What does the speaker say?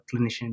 clinician